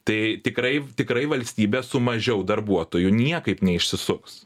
tai tikrai tikrai valstybė su mažiau darbuotojų niekaip neišsisuks